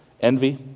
Envy